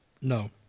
No